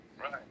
Right